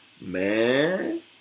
Man